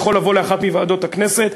הוא יכול לבוא לאחת מוועדות הכנסת,